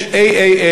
יש AAA,